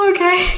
Okay